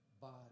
body